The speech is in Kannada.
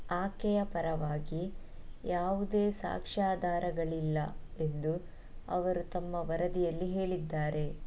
ಆಕೆಯ ಪರವಾಗಿ ಯಾವುದೇ ಸಾಕ್ಷ್ಯಾಧಾರಗಳಿಲ್ಲ ಎಂದು ಅವರು ತಮ್ಮ ವರದಿಯಲ್ಲಿ ಹೇಳಿದ್ದಾರೆ